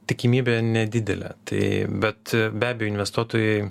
tikimybė nedidelė tai bet be abejo investuotojai